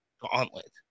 gauntlet